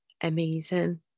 amazing